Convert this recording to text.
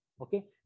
okay